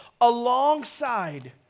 alongside